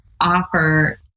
offer